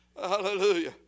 Hallelujah